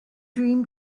dream